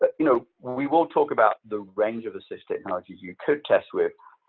ah you know we will talk about the range of assistive technology you could test with.